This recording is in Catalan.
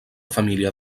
família